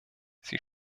sie